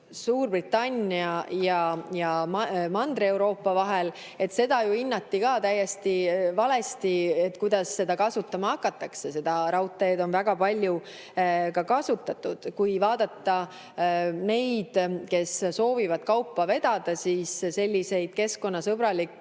Suurbritannia ja Mandri-Euroopa vahel, hinnati ju ka täiesti valesti, et kuidas seda kasutama hakatakse. Seda raudteed on väga palju kasutatud. Kui vaadata neid, kes soovivad kaupa vedada, siis võib öelda, et selliseid keskkonnasõbralikke